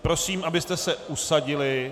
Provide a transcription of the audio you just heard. Prosím, abyste se usadili.